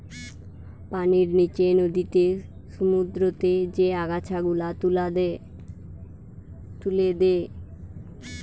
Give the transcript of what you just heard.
পানির নিচে নদীতে, সমুদ্রতে যে আগাছা গুলা তুলে দে